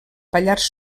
pallars